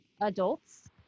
adults